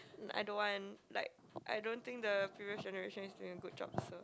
I don't want like I don't think the previous generation is doing a good job also